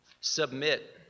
Submit